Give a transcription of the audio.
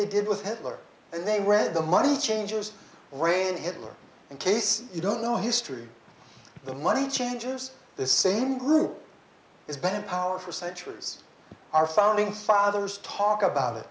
they did with hitler and they read the money changers rain hitler in case you don't know history the money changers the same group is bad power for centuries our founding fathers talk about it